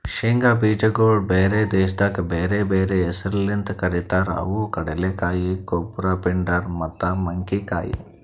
ಶೇಂಗಾ ಬೀಜಗೊಳ್ ಬ್ಯಾರೆ ದೇಶದಾಗ್ ಬ್ಯಾರೆ ಬ್ಯಾರೆ ಹೆಸರ್ಲಿಂತ್ ಕರಿತಾರ್ ಅವು ಕಡಲೆಕಾಯಿ, ಗೊಬ್ರ, ಪಿಂಡಾರ್ ಮತ್ತ ಮಂಕಿಕಾಯಿ